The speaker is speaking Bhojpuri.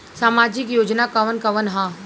सामाजिक योजना कवन कवन ह?